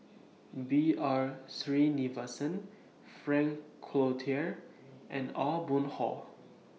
B R Sreenivasan Frank Cloutier and Aw Boon Haw